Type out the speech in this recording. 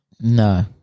No